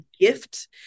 gift